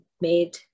made